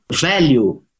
value